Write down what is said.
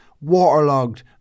Waterlogged